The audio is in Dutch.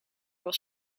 was